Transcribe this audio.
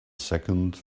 second